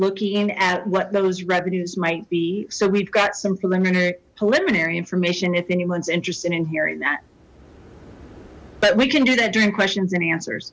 looking at what those revenues might be so we've got some preliminary preliminary information if anyone's interested in hearing that but we can do that during questions and answers